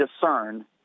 discern